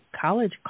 college